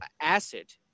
Acid